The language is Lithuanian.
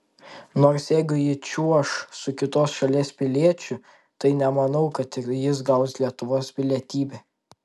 nors jeigu ji čiuoš su kitos šalies piliečiu tai nemanau kad ir jis gaus lietuvos pilietybę